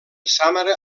sàmara